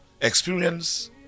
experience